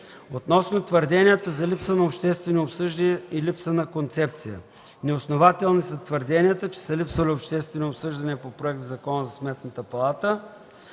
Относно твърденията за липса на обществени обсъждания и липса на концепция. Неоснователни са твърденията, че са липсвали обществени обсъждания по проекта на Закон за Сметната палата.